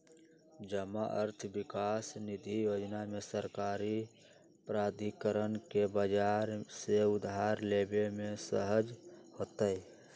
जमा अर्थ विकास निधि जोजना में सरकारी प्राधिकरण के बजार से उधार लेबे में सहज होतइ